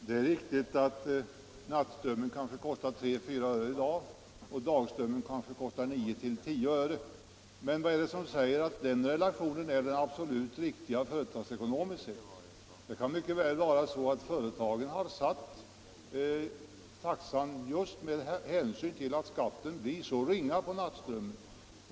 Herr talman! Det är riktigt att nattströmmen kanske kostar 3-4 öre i dag och dagströmmen 9-10 öre. Men vad är det som säger att den relationen är den riktiga företagsekonomiskt sett? Det kan mycket väl vara så att företagen satt taxan just med hänsyn till att skatten blir så ringa på nattströmmen.